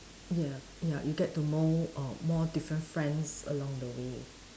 ya ya you get to know uh more different friends along the way